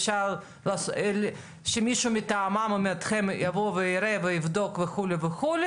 אפשר שמישהו מטעמם או מטעמכם יבוא ויראה ויבדוק וכו' וכו',